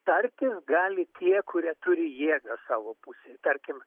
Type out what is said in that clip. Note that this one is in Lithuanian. tartis gali tie kurie turi jėgą savo pusėj tarkim